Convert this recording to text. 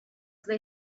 they